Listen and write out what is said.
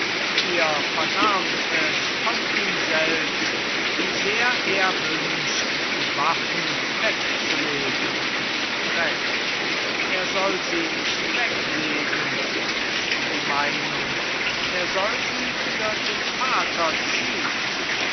ihr vernahmt es von ihm selbst wie sehr er wünscht die waffen wegzulegen gräfin er soll sie nicht weglegen ist die meinung er soll sie für den vater ziehn